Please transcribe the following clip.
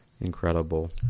Incredible